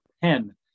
pen